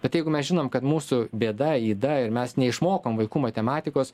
bet jeigu mes žinom kad mūsų bėda yda ir mes neišmokom vaikų matematikos